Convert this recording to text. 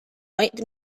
white